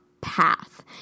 path